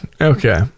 Okay